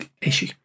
issue